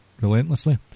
relentlessly